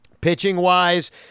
Pitching-wise